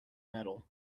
medal